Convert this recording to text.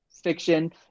fiction